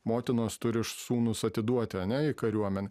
motinos turi sūnus atiduoti ane į kariuomenę